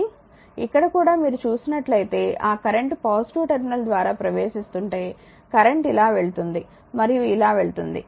కానీ ఇక్కడ కూడా మీరు చూసినట్లయితే ఆ కరెంట్ పాజిటివ్ టెర్మినల్ ద్వారా ప్రవేశిస్తుంటే కరెంట్ ఇలా వెళుతుంది మరియు ఇలా వెళుతుంది